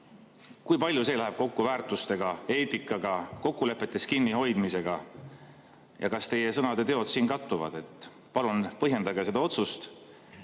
Kui palju see läheb kokku väärtustega, eetikaga, kokkulepetest kinnihoidmisega ja kas teie sõnad ja teod siin kattuvad? Palun põhjendage seda otsust,